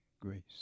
Grace